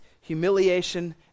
humiliation